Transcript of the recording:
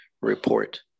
report